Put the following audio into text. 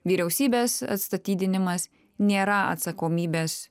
vyriausybės atstatydinimas nėra atsakomybės